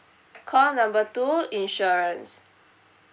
call number two insurance